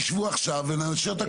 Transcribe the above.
אבל אנחנו לא רוצים להשתמש,